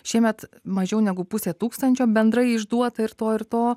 šiemet mažiau negu pusė tūkstančio bendrai išduota ir to ir to